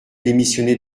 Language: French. démissionné